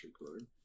record